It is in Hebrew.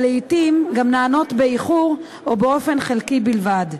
שלעתים גם נענות באיחור או באופן חלקי בלבד.